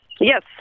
Yes